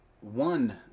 One